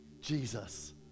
Jesus